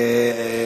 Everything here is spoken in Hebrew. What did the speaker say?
תודה.